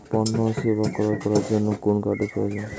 পণ্য ও সেবা ক্রয় করার জন্য কোন কার্ডের প্রয়োজন?